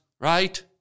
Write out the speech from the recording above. right